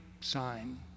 sign